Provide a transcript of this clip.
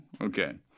Okay